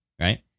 Right